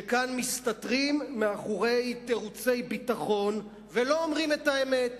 שכאן מסתתרים מאחורי תירוצי ביטחון ולא אומרים את האמת.